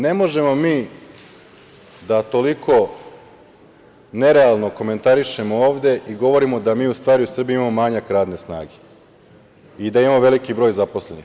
Ne možemo mi da toliko nerealno komentarišemo ovde i govorimo da mi u stvari u Srbiji imamo manjak radne snage i da imamo veliki broj zaposlenih.